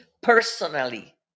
personally